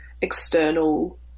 external